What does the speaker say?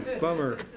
Bummer